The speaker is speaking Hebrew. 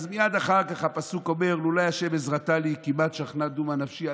אז מייד אחר כך הפסוק אומר: "לולי ה' עזרתה לי כמעט שכנה דומה נפשי"